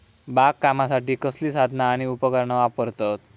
बागकामासाठी कसली साधना आणि उपकरणा वापरतत?